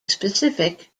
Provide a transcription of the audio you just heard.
specific